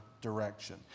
direction